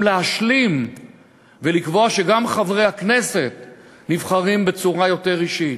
להשלים ולקבוע שגם חברי הכנסת נבחרים בצורה יותר אישית.